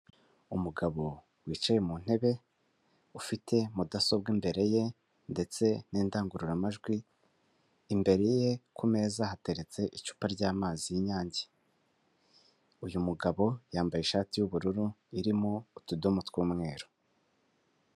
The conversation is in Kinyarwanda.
Umugabo wicaye mu ntebe ufite mudasobwa imbere ye, ndetse n'indangururamajwi, imbere ye ku meza hateretse icupa ry'amazi y'inyange, uyu mugabo yambaye ishati y'ubururu irimo utudomo tw'umweru.